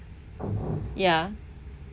ya